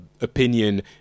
opinion